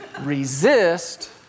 Resist